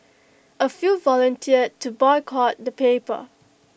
A few volunteered to boycott the paper